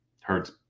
hurts